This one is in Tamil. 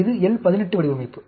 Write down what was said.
இது L 18 வடிவமைப்பு